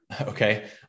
okay